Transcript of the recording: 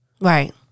Right